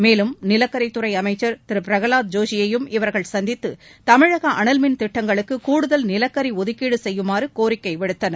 மேலும் நிலக்கரித்துறை அமைச்சர் திரு பிரகலாத் ஜோஷியையும் இவர்கள் சந்தித்து தமிழக அனல்மின் திட்டங்களுக்கு கூடுதலாக நிலக்கரி ஒதுக்கீடு செய்யுமாறு கோரிக்கை விடுத்தனர்